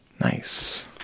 nice